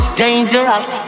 dangerous